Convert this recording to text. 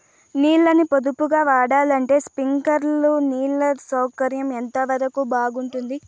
నీళ్ళ ని పొదుపుగా వాడాలంటే స్ప్రింక్లర్లు నీళ్లు సౌకర్యం ఎంతవరకు బాగుంటుంది?